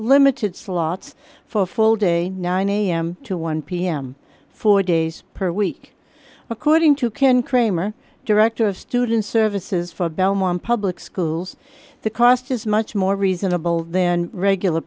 limited slots for full day nine am to one pm four days per week according to ken cramer director of student services for belmont public schools the cost is much more reasonable than regular